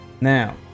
now